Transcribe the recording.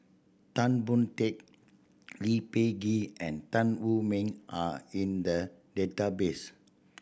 Tan Boon Teik Lee Peh Gee and Tan Wu Meng are in the database